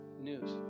news